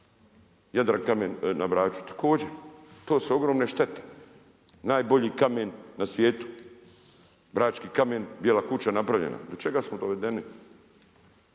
Jadrankamen na Braču, također to su ogromne štete. Najbolji kamen na svijetu, brački kamen, Bijela kuća napravljena. Do čega smo dovedeni?